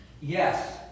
Yes